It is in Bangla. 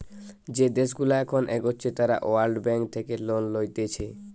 যে দেশগুলা এখন এগোচ্ছে তারা ওয়ার্ল্ড ব্যাঙ্ক থেকে লোন লইতেছে